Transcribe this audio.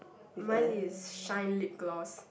mine is shine lip gloss